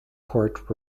court